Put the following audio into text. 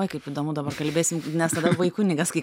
oi kaip įdomu dabar kalbėsim nes tada buvai kunigas kai